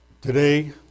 Today